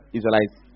Israelites